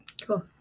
cool